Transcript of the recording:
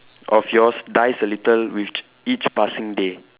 of yours dies a little with each passing day